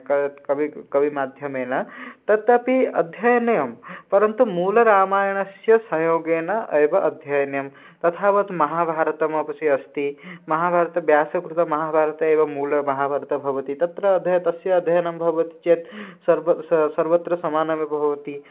कति कविकुलः कविमाध्यमेन तत् अपि अध्ययनीयं परन्तु मूलरामायणस्य सहयोगेन एव अध्ययनीयं तथावत् महाभारतमपि अस्ति महाभारतं व्यासकृतमहाभारते एव मूलमहाभारतं भवति तत्र अध्ययनं तस्य अध्ययनं भवति चेत् सर्वं सा सर्वत्र समानमेव भवति